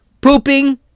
pooping